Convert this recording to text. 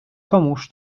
komuż